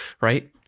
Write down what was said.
right